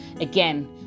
Again